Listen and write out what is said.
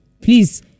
Please